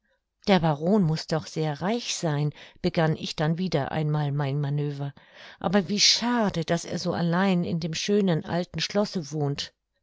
der baron muß doch sehr reich sein begann ich dann wieder einmal mein manöver aber wie schade daß er so allein in dem schönen alten schlosse wohnt